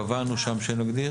קבענו שם שנגדיר.